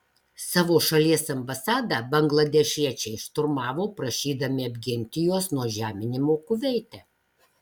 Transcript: savo šalies ambasadą bangladešiečiai šturmavo prašydami apginti juos nuo žeminimo kuveite